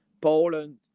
Poland